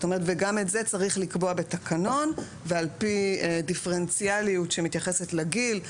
וגם את זה צריך לקבוע בתקנון ועל פי דיפרנציאליות שמתייחסת לגיל,